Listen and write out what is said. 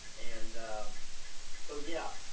and so yeah,